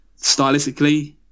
stylistically